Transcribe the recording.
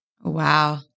Wow